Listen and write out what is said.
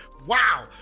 wow